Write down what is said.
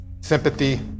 sympathy